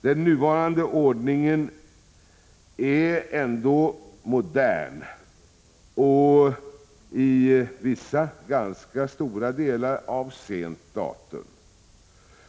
Den nuvarande ordningen är ändå modern, i vissa ganska stora delar av sent datum.